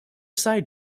side